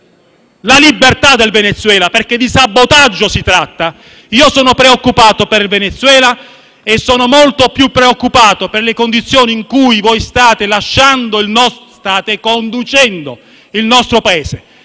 la libertà del Venezuela - perché di sabotaggio si tratta - sono preoccupato per il Venezuela e ancora di più per le condizioni a cui state conducendo il nostro Paese.